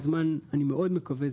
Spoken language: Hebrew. ואני מאוד מקווה,